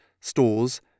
stores